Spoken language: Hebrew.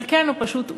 חלקנו פשוט אובחנו.